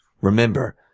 Remember